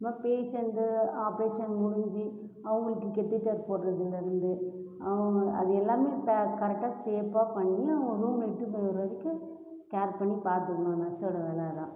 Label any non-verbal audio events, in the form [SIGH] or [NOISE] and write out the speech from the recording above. அதுமாதிரி patient operation முடிஞ்சு அவங்களுக்கு [UNINTELLIGIBLE] போடுறதுலேருந்து அவங்க அது எல்லாமே இப்போ கரெக்டாக சேஃபாக பண்ணி ரூம் வெக்கேட் பண்ணுற வரைக்கும் கேர் பண்ணி பார்த்துக்கணும் நர்ஸ்ஸோட வேலை அதுதான்